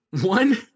one